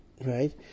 right